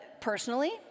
personally